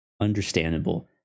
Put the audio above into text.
Understandable